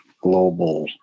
global